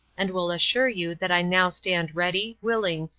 and will assure you that i now stand ready, willing,